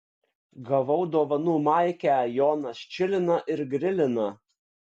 gavau dovanų maikę jonas čilina ir grilina